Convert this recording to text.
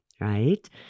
right